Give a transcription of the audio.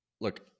look